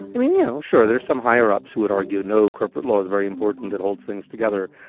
i mean, you know, sure there's some higher-ups who would argue, no, corporate law is very important it holds things together.